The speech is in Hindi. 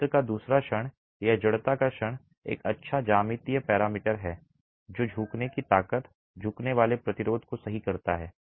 क्षेत्र का दूसरा क्षण या जड़ता का क्षण एक अच्छा ज्यामितीय पैरामीटर है जो झुकने की ताकत झुकने वाले प्रतिरोध को सही करता है